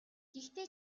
гэхдээ